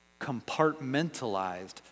compartmentalized